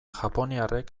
japoniarrek